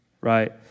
right